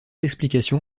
explications